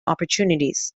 opportunities